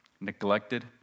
neglected